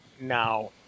now